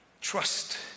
trust